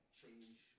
change